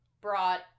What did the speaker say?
Brought